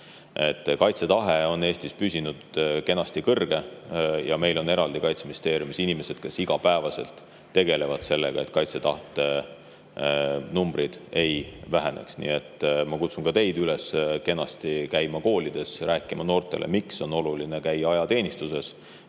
Kaitsetahe on Eestis püsinud kenasti kõrge ja meil on eraldi Kaitseministeeriumis inimesed, kes igapäevaselt tegelevad sellega, et kaitsetahte [näitajad] ei väheneks. Ma kutsun ka teid üles käima koolides rääkimas noortele, miks on oluline käia ajateenistuses,